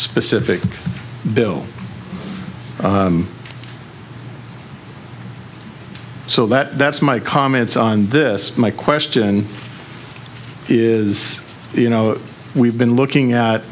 specific bill so that that's my comments on this my question is you know we've been looking at